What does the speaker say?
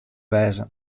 wêze